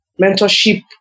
Mentorship